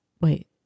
Wait